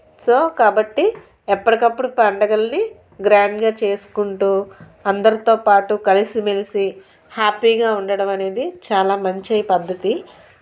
so కాబట్టి ఎప్పటికప్పుడు పండగలని గ్రాండ్గా చేసుకుంటూ అందరితో పాటు కలిసిమెలిసి హ్యాపీగా ఉండడం అనేది చాలా మంచి పద్ధతి